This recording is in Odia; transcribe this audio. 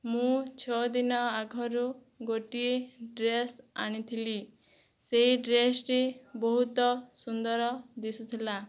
ମୁଁ ଛଅ ଦିନ ଆଗରୁ ଗୋଟିଏ ଡ୍ରେସ ଆଣିଥିଲି ସେଇ ଡ୍ରେସଟି ବହୁତ ସୁନ୍ଦର ଦିଶୁଥିଲା